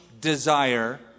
desire